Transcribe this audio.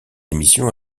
émissions